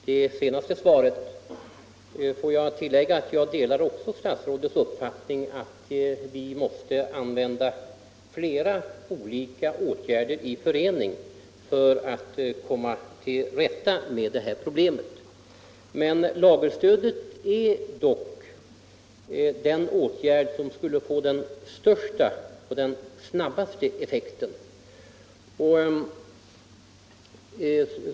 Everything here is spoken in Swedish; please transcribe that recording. Herr talman! Jag sätter värde på det senaste svaret. Jag delar statsrådets uppfattning att vi måste vidta flera åtgärder i förening för att komma till rätta med det här problemet. Lagerstödet är emellertid den åtgärd som skulle få den största och snabbaste effekten.